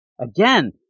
again